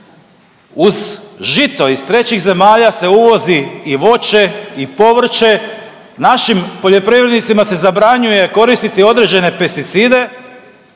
Uz žito iz trećih zemalja se uvozi i voće i povrće, našim poljoprivrednicima se zabranjuje koristiti određene pesticide,